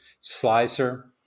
slicer